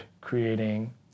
creating